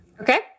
Okay